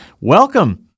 welcome